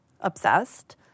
obsessed